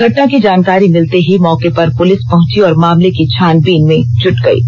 घटना की जनकारी मिलते ही मौके पर पुलिस पहुंची और मामले की छानबीन में जुट गयी है